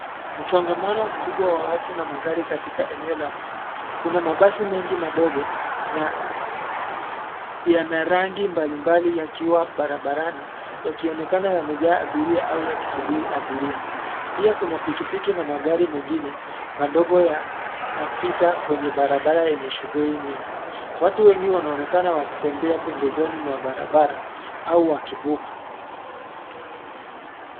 Msongamano mkubwa wa watu na magari katika eneo la mji. Kuna mabasi mengi madogo, na, yana rangi mbalimbali yakiwa barabarani, yakionekana yamejaa abiria au yakisuburi abiria. Pia kuna pikipiki na magari mengine, madogo yana, pita kwenye barabara yenye shughuli nyingi. Watu wengi wanaonekana wakitembea pembezoni mwa barabara, au wakivuka.